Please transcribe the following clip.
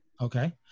Okay